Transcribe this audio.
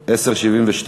לסדר-היום מס' 1072,